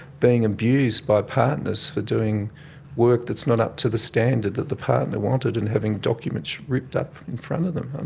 being abused by partners for doing work that is not up to the standard that the partner wanted and having documents ripped up in front of them. i